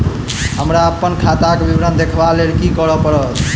हमरा अप्पन खाताक विवरण देखबा लेल की करऽ पड़त?